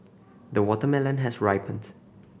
the watermelon has ripened